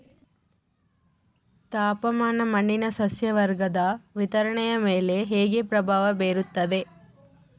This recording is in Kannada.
ತಾಪಮಾನ ಮಣ್ಣಿನ ಸಸ್ಯವರ್ಗದ ವಿತರಣೆಯ ಮೇಲೆ ಹೇಗೆ ಪ್ರಭಾವ ಬೇರುತ್ತದೆ?